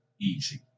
easy